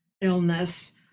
illness